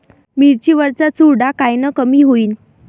मिरची वरचा चुरडा कायनं कमी होईन?